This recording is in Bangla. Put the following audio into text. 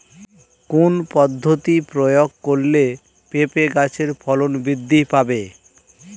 কোন পদ্ধতি প্রয়োগ করলে পেঁপে গাছের ফলন বৃদ্ধি পাবে?